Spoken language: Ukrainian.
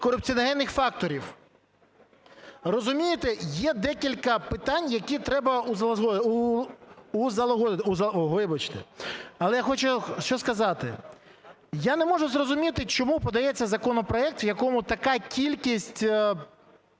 корупціоногенних факторів". Розумієте, є декілька питань, які треба ….., вибачте. Але я хочу що сказати. Я не можу зрозуміти, чому подається законопроект, в якому така кількість